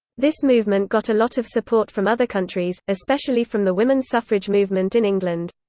this movement got a lot of support from other countries, especially from the women's suffrage movement in england.